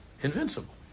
invincible